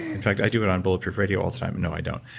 in fact, i do it on bulletproof radio all the time. and no, i don't.